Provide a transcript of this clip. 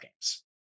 games